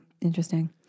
Interesting